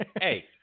Hey